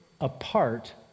apart